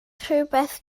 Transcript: rhywbeth